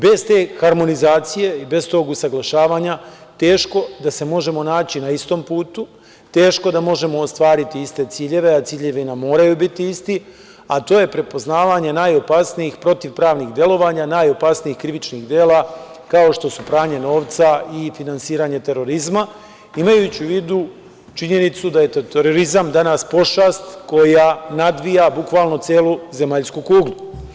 Bez te harmonizacije i bez tog usaglašavanja, teško da se možemo naći na istom putu, teško da možemo ostvariti iste ciljeve, a ciljevi nam moraju biti isti, a to je prepoznavanje najopasnijih protivpravnih delovanja, najopasnijih krivičnih dela, kao što su pranje novca i finansiranje terorizma, imajući u vidu činjenicu da je terorizam danas pošast koja nadvija bukvalno celu zemaljsku kuglu.